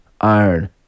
Iron